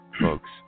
folks